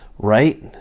Right